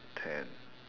ten